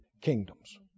kingdoms